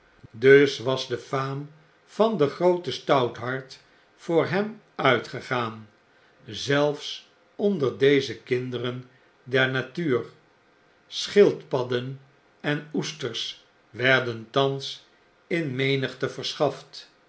dus was de faam van den grooten stouthart voor hem uitgegaan zelfs onder deze kinderen der natuur schildpadden en oesters werden thans in menigte verschaft